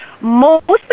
mostly